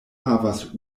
havas